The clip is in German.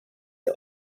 der